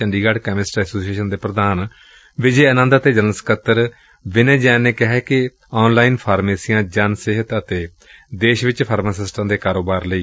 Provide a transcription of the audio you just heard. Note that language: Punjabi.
ਚੰਡੀਗੜ੍ ਕੈਮਿਸਟ ਐਸੋਸੀਏਸ਼ਨ ਦੇ ਪ੍ਰਧਾਨ ਵਿਜੇ ਆਨੰਦ ਅਤੇ ਜਨਰਲ ਸਕੱਤਰ ਵਿਨੇ ਜੈਨ ਨੇ ਕਿਹਾ ਕਿ ਆਨ ਲਾਈਨ ਫਾਰਮੇਸੀਆਂ ਜਨ ਸਿਹਤ ਅਤੇ ਦੇਸ਼ ਵਿਚ ਫਾਰਮਾਸਿਸਟਾਂ ਦੇ ਕਾਰੋਬਾਰ ਲਈ ਖ਼ਤਰਾ ਨੇ